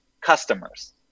customers